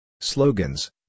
Slogans